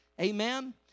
Amen